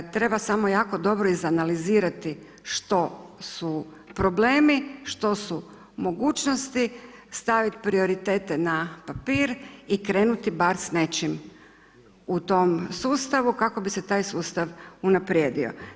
Treba samo jako dobro izanalizirati što su problemi, što su mogućnosti, staviti prioritete na papir i krenuti bar s nečim u tom sustavu kako bi se taj sustav unaprijedio.